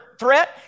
threat